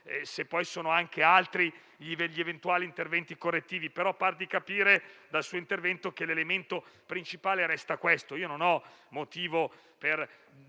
se sono anche altri gli eventuali interventi correttivi, ma mi pare di capire dal suo intervento che l'elemento principale resta questo. Io non ho motivo per